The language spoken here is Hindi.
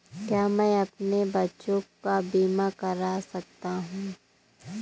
क्या मैं अपने बच्चों का बीमा करा सकता हूँ?